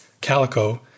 Calico